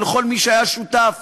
ולכל מי שהיה שותף